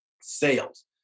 sales